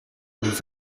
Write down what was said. nous